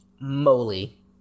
moly